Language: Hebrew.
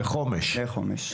לחומש,